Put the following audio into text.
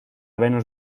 venus